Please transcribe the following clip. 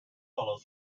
follow